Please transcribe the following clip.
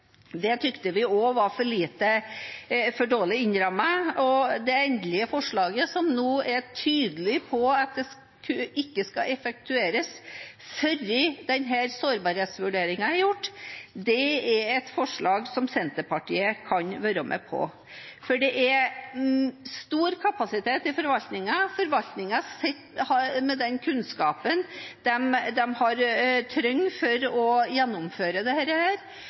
Det syntes vi også var for dårlig innrammet. Det endelige forslaget, som nå er tydelig på at det ikke skal effektueres før denne sårbarhetsvurderingen er gjort, er et forslag som Senterpartiet kan være med på. For det er stor kapasitet i forvaltningen. Forvaltningen sitter med den kunnskapen de trenger for å gjennomføre dette, og det